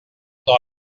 dans